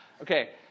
okay